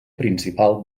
principal